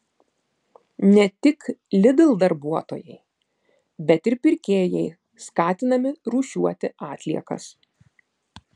ne tik lidl darbuotojai bet ir pirkėjai skatinami rūšiuoti atliekas